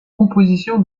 composition